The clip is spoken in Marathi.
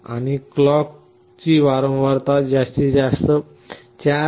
आणि क्लॉकाची वारंवारता जास्तीत जास्त 4